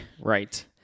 Right